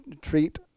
treat